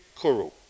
Kuru